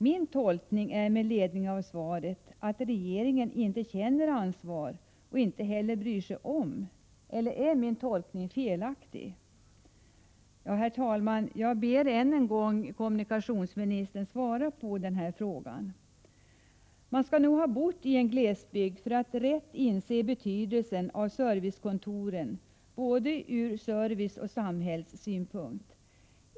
Min tolkning är, med ledning av svaret, att regeringen inte känner ansvar och inte heller bryr sig om detta. Eller är min tolkning felaktig? Herr talman! Jag ber än en gång kommunikationsministern att svara på den här frågan. Man skall nog ha bott i en glesbygd för att rätt inse betydelsen av servicekontoren, ur både serviceoch samhällssynpunkt.